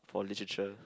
for literature